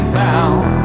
bound